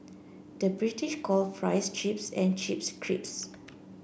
the British calls fries chips and chips crisps